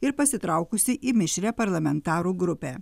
ir pasitraukusį į mišrią parlamentarų grupę